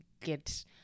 get